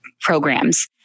programs